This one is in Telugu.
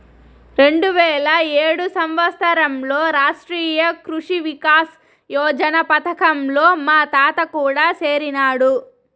రెండువేల ఏడు సంవత్సరంలో రాష్ట్రీయ కృషి వికాస్ యోజన పథకంలో మా తాత కూడా సేరినాడు